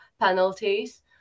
penalties